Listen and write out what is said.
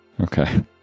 Okay